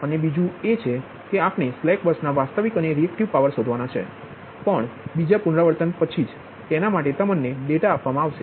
અને બીજું એ કે આપણે સ્લેક બસના વાસ્તવિક અને રિએક્ટિવ પાવર શોધવાના છે એ પણ બીજા પુનરાવર્તન પછી જ તેના માટે ડેટા આપવામાં આવશે